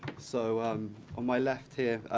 so um on my left here,